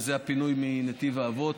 וזה הפינוי מנתיב האבות.